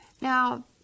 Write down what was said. Now